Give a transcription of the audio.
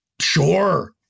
Sure